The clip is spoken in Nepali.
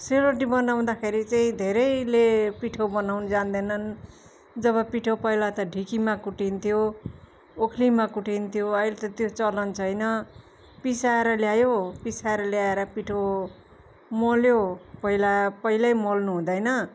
सेलरोटी बनाउँदाखेरि चाहिँ धेरैले पिठो बनाउन जान्दैनन् जब पिठो पहिला त ढिकीमा कुटिन्थ्यो ओखलीमा कुटिन्थ्यो अहिले त त्यो चलन छैन पिसाएर ल्यायो पिसाएर ल्याएर पिठो मोल्यो पहिलापहिलै मोल्नु हुँदैन